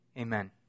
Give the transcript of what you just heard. Amen